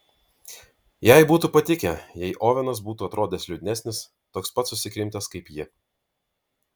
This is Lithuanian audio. jai būtų patikę jei ovenas būtų atrodęs liūdnesnis toks pat susikrimtęs kaip ji